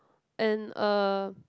and uh